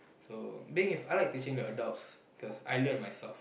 so being I like teaching adults because I learn myself